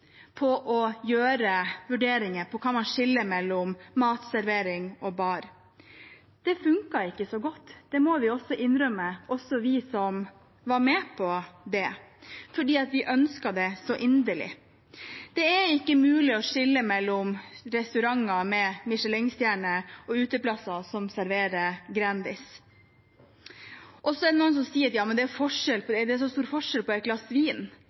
på å gjøre vurderinger av om man kan skille mellom matservering og bar. Det funket ikke så godt, det må vi innrømme, også vi som var med på det fordi vi ønsket det så inderlig. Det er ikke mulig å skille mellom restauranter med Michelin-stjerne og uteplasser som serverer «grændis». Så er det noen som sier: Jammen, er det så stor forskjell på et glass vin og en Pepsi Max? Forskjellen er at jo flere glass vin